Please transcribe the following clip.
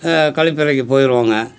கழிப்பறைக்கு போயிருவோங்க